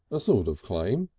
a sort of claim.